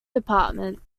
department